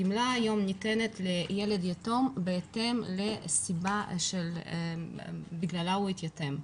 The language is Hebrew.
הגמלה היום ניתנת לילד יתום בהתאם לסיבה שבגללה הוא התייתם.